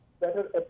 better